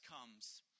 comes